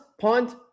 punt